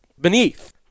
beneath